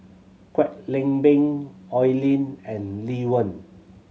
Kwek Leng Beng Oi Lin and Lee Wen